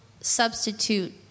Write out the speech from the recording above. substitute